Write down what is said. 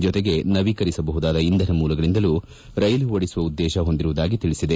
ಜೊತೆಗೆ ನವೀಕರಿಸಬಹುದಾದ ಇಂಧನ ಮೂಲಗಳಿಂದಲೂ ರೈಲು ಓಡಿಸುವ ಉದ್ದೇಶ ಹೊಂದಿರುವುದಾಗಿ ತಿಳಿಸಿದೆ